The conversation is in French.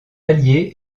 alliés